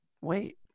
wait